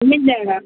मिल जाएगा